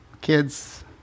kids